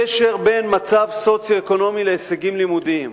קשר בין מצב סוציו-אקונומי להישגים לימודיים,